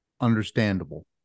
Understandable